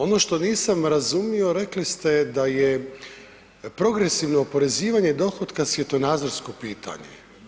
Ono što nisam razumio rekli ste da je progresivno oporezivanje dohotka svjetonazorsko pitanje.